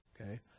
Okay